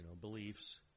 beliefs